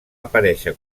aparèixer